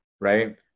right